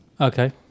Okay